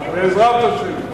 בעזרת השם.